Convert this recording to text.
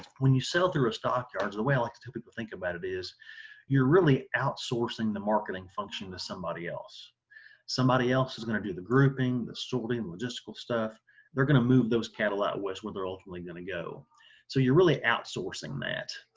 when you sell through a stockyards the way i like to people think about it is you're really outsourcing the marketing function to somebody else somebody else is going to do the grouping the solty and logistical stuff they're going to move those cattle out west where they're ultimately going go so you're really outsourcing that.